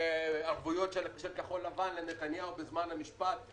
ערבויות של כחול לבן לנתניהו בזמן המשפט.